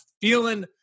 feeling